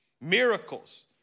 miracles